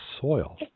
soil